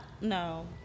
No